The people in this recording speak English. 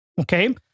okay